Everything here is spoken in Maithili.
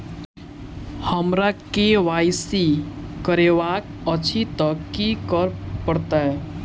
हमरा केँ वाई सी करेवाक अछि तऽ की करऽ पड़तै?